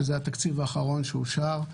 שזה התקציב האחרון שאושר.